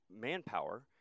manpower